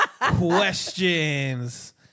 questions